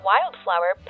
Wildflower